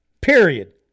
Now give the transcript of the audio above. Period